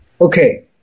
Okay